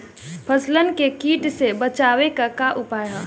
फसलन के कीट से बचावे क का उपाय है?